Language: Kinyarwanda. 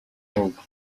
ahubwo